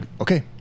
okay